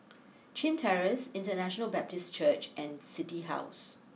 Chin Terrace International Baptist Church and City house